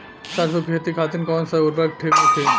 सरसो के खेती खातीन कवन सा उर्वरक थिक होखी?